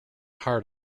hard